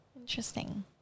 Interesting